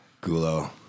Gulo